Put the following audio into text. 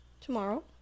tomorrow